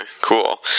cool